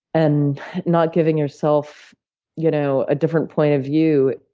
and not giving yourself you know a different point of view,